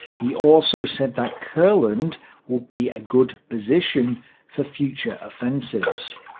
he also said that courland would be a good position for future offensives.